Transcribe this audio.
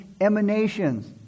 emanations